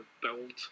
build